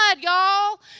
y'all